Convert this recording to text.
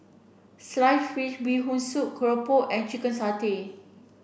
sliced fish bee hoon soup Keropok and chicken satay